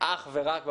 אך ורק בפרוצדורה,